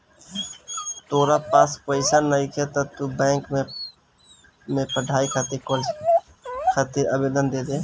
तोरा पास पइसा नइखे त तू बैंक में पढ़ाई खातिर कर्ज खातिर आवेदन दे दे